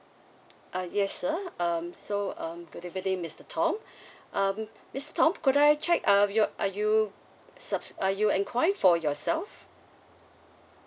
uh yes sir um so um good evening mister tom um mister tom could I check are you are you subs~ are you enquiring for yourself